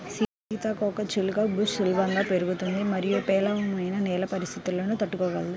సీతాకోకచిలుక బుష్ సులభంగా పెరుగుతుంది మరియు పేలవమైన నేల పరిస్థితులను తట్టుకోగలదు